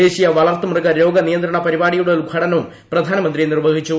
ദേശീയ വളർത്തുമൃഗ രോഗ നിയന്ത്രണ പരിപാടിയുടെ ഉദ്ഘാടനവും പ്രധാനമന്ത്രി നിർവ്വഹിച്ചു